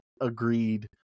agreed